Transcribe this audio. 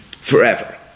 forever